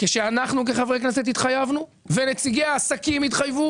כשאנחנו כחברי כנסת התחייבנו ונציגי העסקים התחייבו